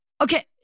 Okay